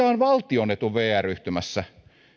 on valtion etu vr yhtymässä